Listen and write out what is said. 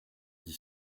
dix